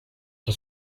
nka